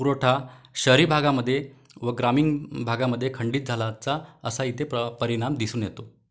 पुरवठा शहरी भागामध्ये व ग्रामीन भागामध्ये खंडित झाल्याचा असा इथे प्र परिणाम दिसून येतो